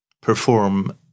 perform